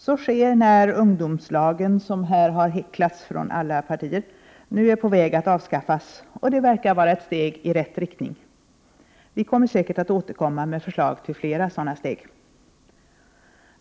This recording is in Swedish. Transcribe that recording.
Så sker när ungdomslagen, som här har häcklats av alla partier, nu är på väg att avskaffas — och det verkar vara ett steg i rätt riktning. Vi återkommer säkert med förslag om fler sådana steg.